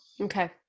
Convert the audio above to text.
Okay